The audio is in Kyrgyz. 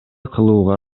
кылууга